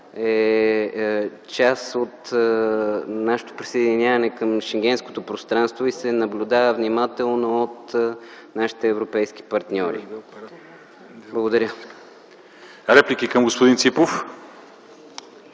е част от нашето присъединяване към Шенгенското пространство и се наблюдава внимателно от нашите европейски партньори. Благодаря. ПРЕДСЕДАТЕЛ ЛЪЧЕЗАР